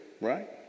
right